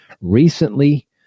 recently